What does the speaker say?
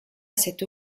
cette